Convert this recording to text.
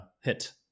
hit